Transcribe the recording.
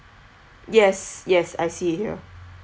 yes yes I see here